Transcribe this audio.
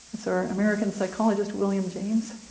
so american psychologist, william james.